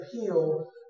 appeal